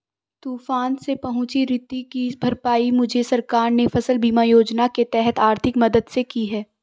तूफान से पहुंची क्षति की भरपाई मुझे सरकार ने फसल बीमा योजना के तहत आर्थिक मदद से की है